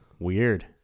Weird